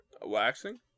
Waxing